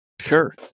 Sure